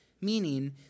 meaning